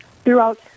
Throughout